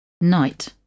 Night